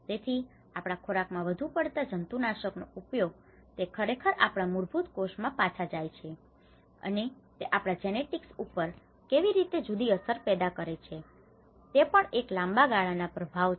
તેથી આપણા ખોરાક માં વધુ પડતા જંતુનાશક નો ઉપયોગ તે ખરેખર આપણા મૂળભૂત કોષ માં પાછા જાય છે અને તે આપણા જેનેટિક્સ ઉપર કેવી રીતે જુદી અસર પેદા કરે છે તે પણ એક લાંબા ગાળાના પ્રભાવ છે